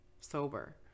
sober